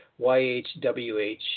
YHWH